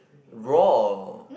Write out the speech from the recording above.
grow or